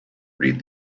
read